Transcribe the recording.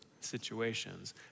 situations